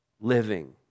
living